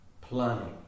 planning